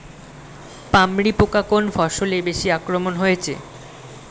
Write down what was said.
পামরি পোকা কোন ফসলে বেশি আক্রমণ হয়েছে?